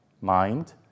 mind